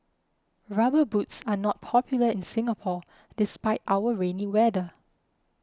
rubber boots are not popular in Singapore despite our rainy weather